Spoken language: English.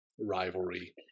rivalry